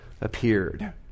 appeared